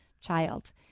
child